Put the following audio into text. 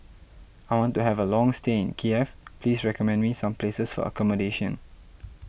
I want to have a long stay in Kiev please recommend me some places for accommodation